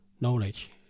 knowledge